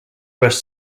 was